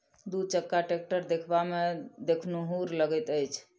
दू चक्का टेक्टर देखबामे देखनुहुर लगैत अछि